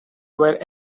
were